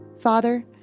Father